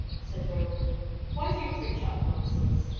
said roland why do you preach up nonsense?